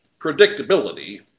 predictability